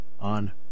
on